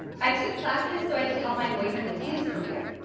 i took classes so i could help my boyfriend with his career,